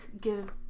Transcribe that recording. give